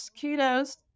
kudos